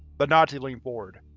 but nazi leaned forward,